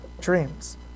dreams